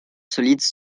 solides